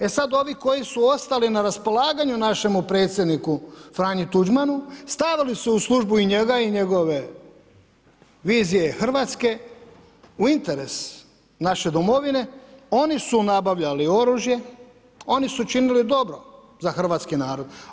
E sada ovi koji su ostali na raspolaganju u našemu predsjedniku Franji Tuđmanu, stavili su u službu i njega i njegove vizije Hrvatske, u interes naše domovine, oni su nabavljali oružje, oni su činili dobro za hrvatski narod.